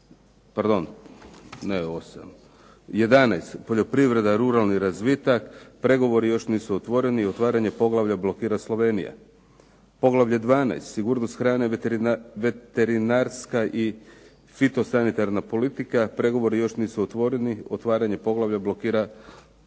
Poglavlje 11.-Poljoprivreda i ruralni razvitak, pregovori još nisu otvoreni, otvaranje poglavlja blokira Slovenija. Poglavlje 12.-Sigurnost hrane, veterinarska i fitosanitarna politika, pregovori još nisu otvoreni, otvaranje poglavlja blokira Slovenija.